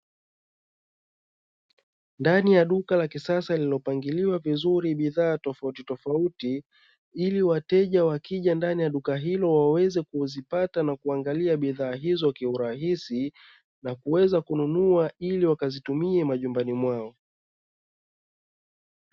Ndani ya duka la kisasa lililopangiliwa vizuri bidhaa tofautitofauti ili wateja wakija ndani ya duka hilo, waweze kuzipata na kuangalia bidhaa hizo kiurahisi na kuweza kununua ili wakazitumie majumbani mwao.